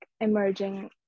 emerging